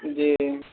जी